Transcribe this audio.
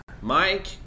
Mike